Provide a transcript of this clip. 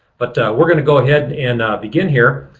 but we're going to go ahead and begin here.